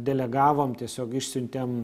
delegavom tiesiog išsiuntėm